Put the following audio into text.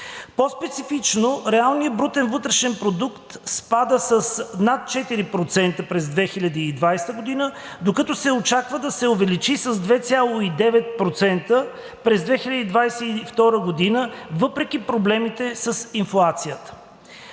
По-специфично реалният брутен вътрешен продукт спада с над 4% през 2020 г., докато се очаква да се увеличи с 2,9% през 2022 г., въпреки проблемите с инфлацията.